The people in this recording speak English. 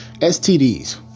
STDs